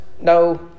No